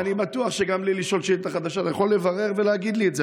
אני בטוח שגם בלי לשאול שאילתה חדשה אתה יכול לברר ולהגיד לי את זה.